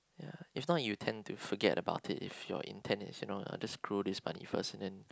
is not you tend to forget about it if you intent is you know just screw this money first then